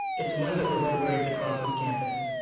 it's one that reverberates across this campus.